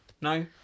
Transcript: no